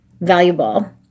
valuable